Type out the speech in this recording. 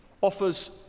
offers